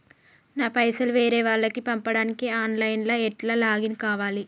నా పైసల్ వేరే వాళ్లకి పంపడానికి ఆన్ లైన్ లా ఎట్ల లాగిన్ కావాలి?